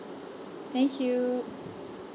thank you